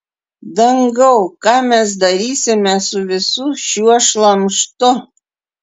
dangau ką mes darysime su visu šiuo šlamštu